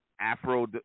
Afro